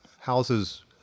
Houses